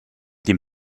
dem